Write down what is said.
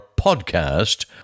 podcast